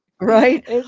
Right